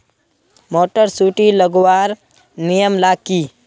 Motor सुटी लगवार नियम ला की?